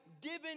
given